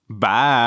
Bye